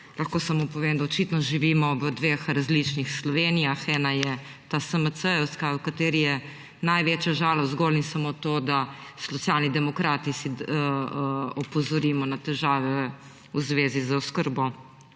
Lahko samo povem, da očitno živimo v dveh različnih Slovenijah, ena je ta SMC-jevska, v kateri je največja žalost zgolj in samo to, da Socialni demokrati opozorimo na težave v zvezi z oskrbo